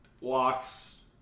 walks